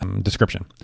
description